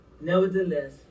Nevertheless